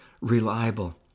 reliable